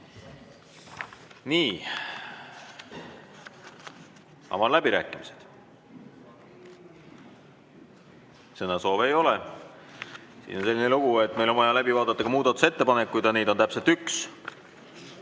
Avan läbirääkimised. Sõnasoove ei ole. Siis on selline lugu, et meil on vaja läbi vaadata ka muudatusettepanekud. Neid on täpselt üks.